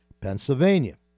Pennsylvania